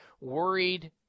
worried